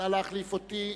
התשס”ט 2009,